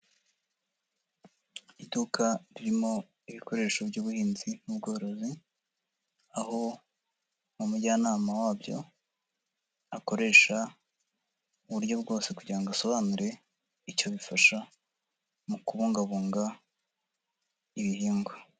Iduka ririmo ibikoresho by'ubuhinzi n'ubworozi, aho umujyanama wabyo akoresha mu buryo bwose kugira ngo asobanure icyo bifasha mu kubungabunga ibihingwa.